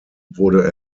wurde